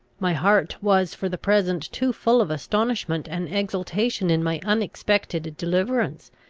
my heart was for the present too full of astonishment and exultation in my unexpected deliverance,